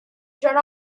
turn